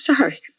sorry